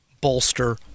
bolster